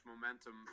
momentum